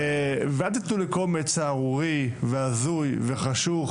ואל תתנו לקומץ סהרורי והזוי וחשוך